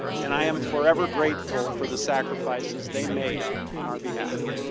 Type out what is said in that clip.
and i am forever grateful for the sacrifices they made on our behalf.